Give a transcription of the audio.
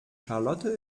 charlotte